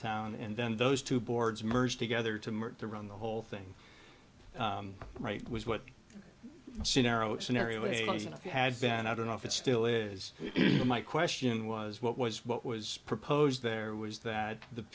town and then those two boards merge together to merge to run the whole thing right was what scenario scenario you had then i don't know if it still is my question was what was what was proposed there was that the